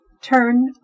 Turn